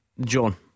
John